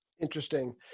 Interesting